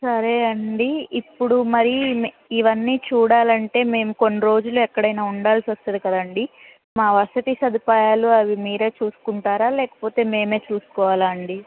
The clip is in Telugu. సరే అండి ఇప్పుడు మరి ఇవన్నీ చూడాలి అంటే మేము కొన్ని రోజులు ఎక్కడైనా ఉండాల్సి వస్తుంది కదండీ మా వసతి సదుపాయాలు అవి మీరే చూసుకుంటారా లేకపోతే మేమే చూసుకోవాలా అండి